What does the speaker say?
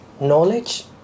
knowledge